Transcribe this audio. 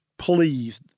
please